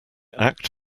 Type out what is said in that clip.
act